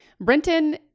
Brenton